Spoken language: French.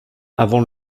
avant